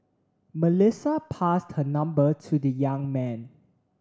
Melissa passed her number to the young man